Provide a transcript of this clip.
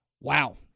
Wow